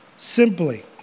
simply